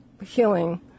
healing